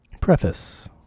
Preface